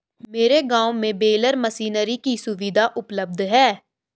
मेरे गांव में बेलर मशीनरी की सुविधा उपलब्ध है